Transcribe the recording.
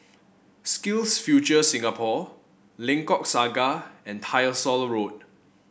SkillsFuture Singapore Lengkok Saga and Tyersall Road